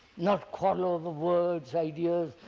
not quarrel over words, ideas,